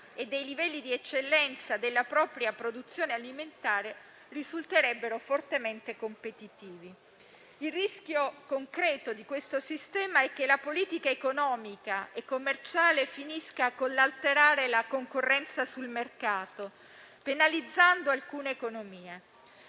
e dei livelli di eccellenza della propria produzione alimentare, risulterebbero fortemente competitivi. Il rischio concreto di questo sistema è che la politica economica e commerciale finisca con l'alterare la concorrenza sul mercato, penalizzando alcune economie.